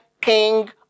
king